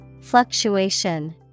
Fluctuation